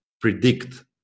predict